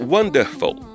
Wonderful